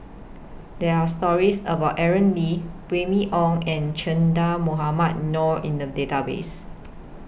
There Are stories about Aaron Lee Remy Ong and Che Dah Mohamed Noor in The Database